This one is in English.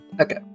Okay